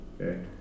Okay